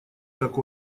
как